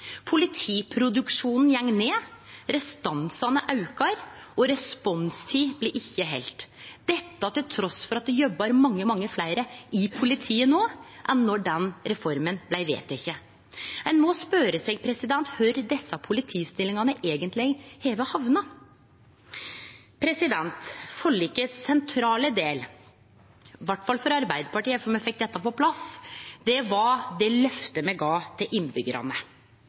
Politiproduksjonen går ned, restansane aukar, og responstida blir ikkje halden – dette trass i at det jobbar mange, mange fleire i politiet no enn då den reforma blei vedteken. Ein må spørje seg kvar desse politistillingane eigentleg har hamna. Den sentrale delen av forliket – i alle fall for Arbeidarpartiet, før me fekk dette på plass – var det løftet me gav til